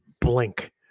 blink